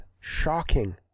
shocking